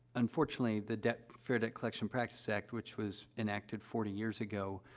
unfortunately, the debt fair debt collection practice act, which was enacted forty years ago,